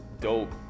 Dope